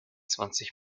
zwanzig